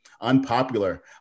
unpopular